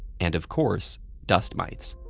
and, of course, dust mites.